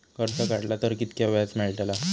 कर्ज काडला तर कीतक्या व्याज मेळतला?